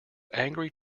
angry